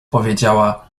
powiedziała